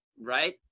Right